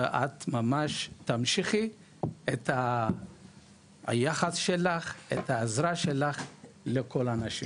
ואת ממש תמשיכי את היחס שלך ואת העזרה שלך לכל האנשים,